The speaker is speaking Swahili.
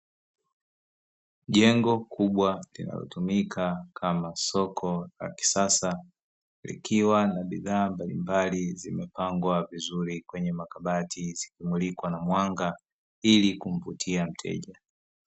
Jengo kubwa linalotumika kama soko la kisasa likiwa na bidhaa mbalimbali, zimepangwa vizuri kwenye makabati zilimulikwa na mwanga ili kumvutia mteja .